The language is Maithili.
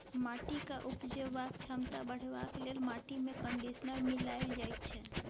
माटिक उपजेबाक क्षमता बढ़ेबाक लेल माटिमे कंडीशनर मिलाएल जाइत छै